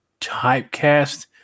typecast